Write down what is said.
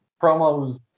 promos